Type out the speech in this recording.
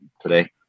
today